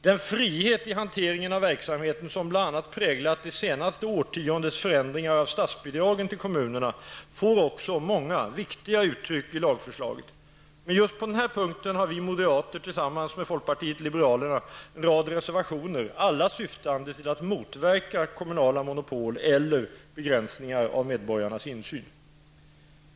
Den frihet i hanteringen av verksamheten som bl.a. präglat det senaste årtiondets förändringar av statsbidragen till kommunerna får också många viktiga uttryck i lagförslaget. Men just på den här punkten har vi moderater tillsammans med folkpartiet liberalerna en rad reservationer, alla syftande till att motverka kommunala monopol eller begränsning av medborgarnas insyn.